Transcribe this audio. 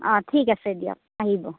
অঁ ঠিক আছে দিয়ক আহিব